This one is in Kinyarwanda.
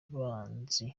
banzi